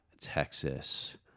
texas